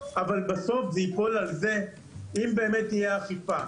אבל בסוף זה ייפול על זה - אם באמת תהיה אכיפה,